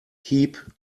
keep